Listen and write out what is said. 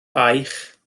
baich